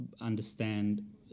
understand